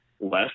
left